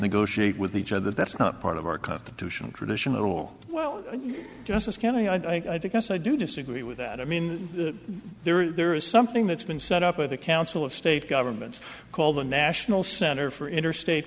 negotiate with each other that's not part of our constitutional tradition at all well justice kennedy i think yes i do disagree with that i mean there is something that's been set up at the council of state governments called the national center for interstate